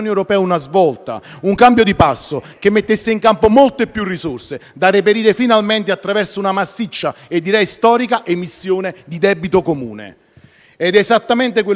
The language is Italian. un cambio di passo, che mettesse in campo molte più risorse da reperire finalmente attraverso una massiccia e direi storica emissione di debito comune. Ed è esattamente quello che è successo: